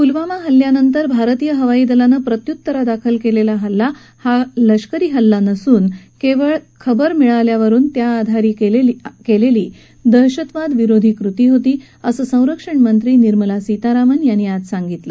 पुलवामा हल्ल्यानंतर भारतीय हवाई दलानं प्रत्युत्तरादाखल कलिली हल्ला हा लष्करी हल्ला नसून क्ळळ मिळालख्खा माहितीच्या आधार केलिसी दहशतवाद विरोधी कृती होती असं संरक्षणमंत्री निर्मला सीतारामन यांनी आज सांगितलं